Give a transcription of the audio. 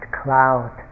cloud